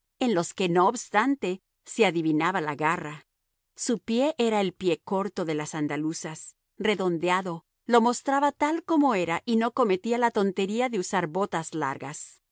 en los que no obstante se adivinaba la garra su pie era el pie corto de las andaluzas redondeado lo mostraba tal como era y no cometía la tontería de usar botas largas